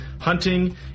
hunting